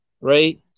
right